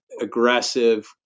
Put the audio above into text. aggressive